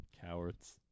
Cowards